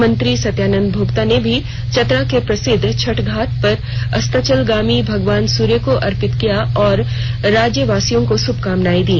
मंत्री सत्यानंद भोक्ता ने भी चतरा के प्रसिद्ध छठ घाट पर अस्ताचलगामी भगवान सूर्य को अर्पित किया और राज्य वासियों को शुभकामनाए दी